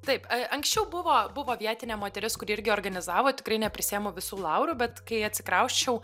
taip anksčiau buvo buvo vietinė moteris kuri irgi organizavo tikrai neprisiimu visų laurų bet kai atsikrausčiau